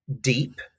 deep